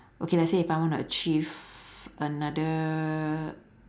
okay let's say if I wanna achieve another